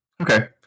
Okay